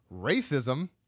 racism